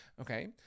Okay